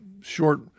short